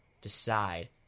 decide